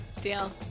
deal